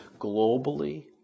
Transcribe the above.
globally